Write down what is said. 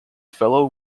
fellow